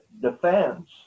defense